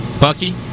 Bucky